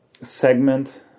segment